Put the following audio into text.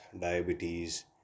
diabetes